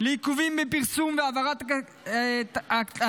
לעיכובים בפרסום והעברת התקציב,